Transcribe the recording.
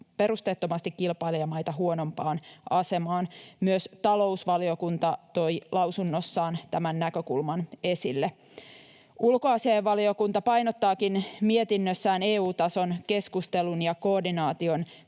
perusteettomasti kilpailijamaita huonompaan asemaan. Myös talousvaliokunta toi lausunnossaan tämän näkökulman esille. Ulkoasiainvaliokunta painottaakin mietinnössään EU-tason keskustelun ja koordinaation